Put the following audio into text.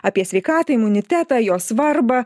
apie sveikatą imunitetą jo svarbą